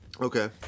Okay